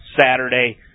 Saturday